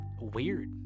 weird